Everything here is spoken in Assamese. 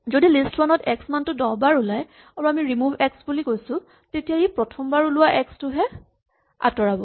যদি লিষ্ট ৱান ত এক্স মানটো দহবাৰ ওলায় আৰু আমি ৰিমোভ এক্স বুলি কৈছো তেতিয়া ই প্ৰথমবাৰ ওলোৱা এক্স টোকহে আঁতৰাব